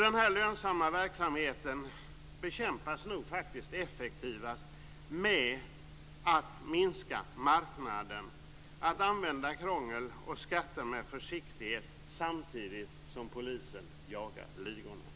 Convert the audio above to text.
Denna lönsamma verksamhet bekämpas nog effektivast med att man minskar marknaden och genom att man använder krångel och skatter med försiktighet samtidigt som polisen jagar ligorna.